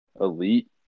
elite